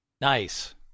Nice